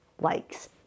likes